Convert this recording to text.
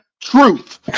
Truth